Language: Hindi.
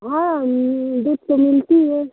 हाँ दूध तो मिलती है